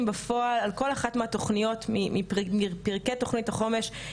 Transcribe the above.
בפועל על כל אחת מהתוכניות מפרקי תוכנית החומש,